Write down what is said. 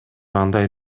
андай